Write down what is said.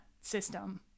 system